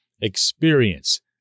experience